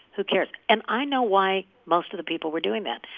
who cares? and i know why most of the people were doing that.